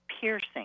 piercing